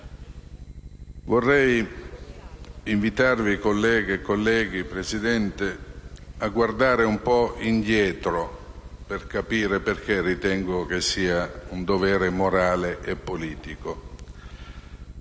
Vorrei invitarvi, colleghe e colleghi, signora Presidente, a guardare un po' indietro, per capire perché lo ritengo un dovere morale e politico.